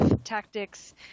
tactics